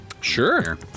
Sure